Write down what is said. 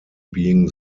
being